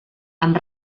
amb